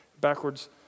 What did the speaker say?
backwards